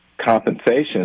compensation